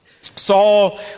Saul